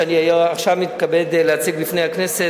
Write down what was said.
שאני עכשיו מתכבד להציג בפני הכנסת,